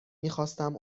میخواستم